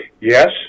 Yes